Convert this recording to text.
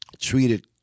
treated